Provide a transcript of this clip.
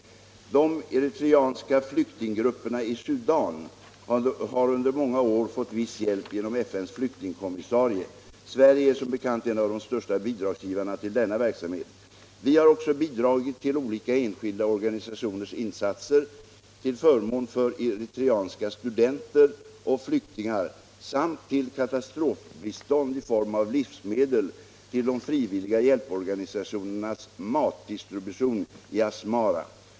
De eritreanska flyktinggrupperna i Sudan har under många år fått viss hjälp genom FN:s flyktingkommissarie. Sverige är som bekant en av de största bidragsgivarna till denna verksamhet. Vi har också bidragit till olika enskilda organisationers insatser till förmån för eritreanska studenter och flyktingar samt till katastrofbistånd i form av livsmedel till de frivilliga hjälporganisationernas matdistribution i Asmara.